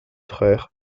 frères